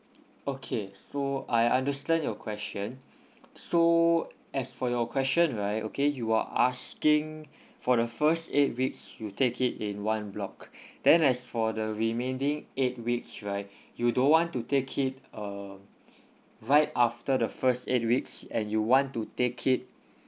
okay so I understand your question so as for your question right okay you are asking for the first eight weeks you take it in one block then as for the remaining eight weeks right you don't want to take it uh right after the first eight weeks and you want to take it